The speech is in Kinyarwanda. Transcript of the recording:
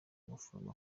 umuforomo